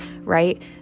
right